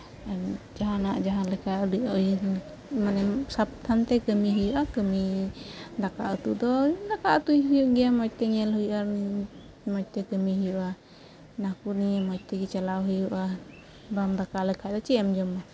ᱟᱨ ᱡᱟᱦᱟᱱᱟᱜ ᱡᱟᱦᱟᱸ ᱞᱮᱠᱟ ᱟᱹᱰᱤ ᱟᱹᱭ ᱢᱟᱱᱮᱢ ᱥᱟᱵᱫᱷᱟᱱ ᱛᱮ ᱠᱟᱹᱢᱤ ᱦᱩᱭᱩᱜᱼᱟ ᱠᱟᱹᱢᱤ ᱫᱟᱠᱟ ᱩᱛᱩ ᱫᱚ ᱫᱟᱠᱟ ᱩᱛᱩᱭ ᱦᱩᱭᱩᱜ ᱜᱮᱭᱟ ᱢᱚᱡᱽᱛᱮ ᱠᱟᱹᱢᱤ ᱦᱩᱭᱩᱜᱼᱟ ᱚᱱᱟ ᱠᱚ ᱱᱤᱭᱮ ᱢᱚᱡᱽᱛᱮ ᱠᱟᱹᱢᱤ ᱦᱩᱭᱩᱜᱼᱟ ᱚᱱᱟ ᱠᱚ ᱱᱤᱭᱟᱹ ᱢᱚᱡᱽ ᱛᱮᱜᱮ ᱪᱟᱞᱟᱣ ᱦᱩᱭᱩᱜᱼᱟ ᱵᱟᱢ ᱫᱟᱠᱟ ᱩᱛᱩ ᱞᱮᱠᱷᱟᱡ ᱫᱚ ᱪᱮᱫ ᱮᱢ ᱡᱚᱢᱟ